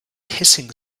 hissing